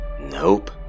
Nope